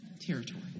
territory